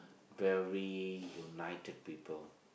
very united people